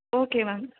okay ma'am